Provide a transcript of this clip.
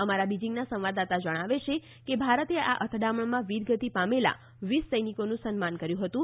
અમારા બીજીંગના સંવાદદાતા જણાવે છે કે ભારતે આ અથડામણમાં વીરગતિ પામેલા વીસ સૈનિકોનું સન્માન કર્યું હતું